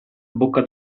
bocca